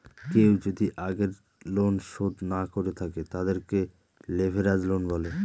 কেউ যদি আগের লোন শোধ না করে থাকে, তাদেরকে লেভেরাজ লোন বলে